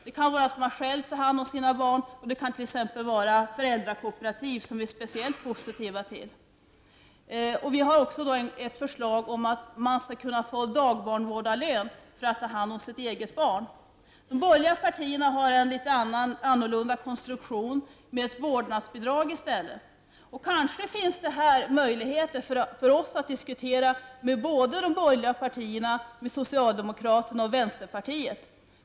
Det kan vara att man själv tar hand om sina barn, och det kan som sagt vara föräldrakooperativ, som vi är speciellt positiva till. Vi har lagt fram ett förslag om att man skall kunna få dagbarnvårdarlön för att ta hand om sitt eget barn. De borgerliga partierna har en annorlunda konstruktion i form av ett vårdnadsbidrag. Kanske finns det möjligheter för oss att diskutera med både de borgerliga partierna och socialdemokraterna och vänsterpartiet.